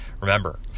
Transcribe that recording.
remember